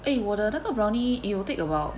诶我的那个 brownie it will take about